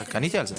עניתי על זה.